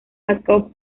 jakob